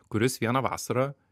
kuris vieną vasarą